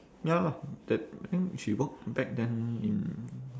ya lah that I think she work back then in